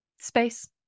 space